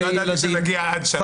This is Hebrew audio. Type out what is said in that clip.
גלעד, לא ידעתי שנגיע עד לשם, עד דורה.